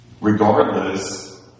regardless